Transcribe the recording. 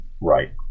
right